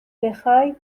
بخای